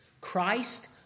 Christ